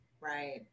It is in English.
Right